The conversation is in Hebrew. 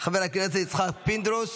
חבר הכנסת יצחק פינדרוס.